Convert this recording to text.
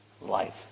life